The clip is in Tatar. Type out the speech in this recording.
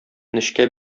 нечкә